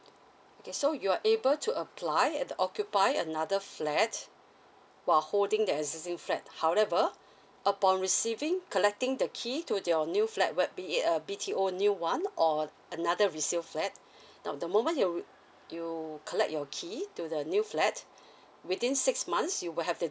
okay so you're able to apply and uh occupy another flats while holding your existing flat however upon receiving collecting the key to your new flat with B_T_O new one or another resale flat now the moment you you collect your key to the new flat within six months you will have to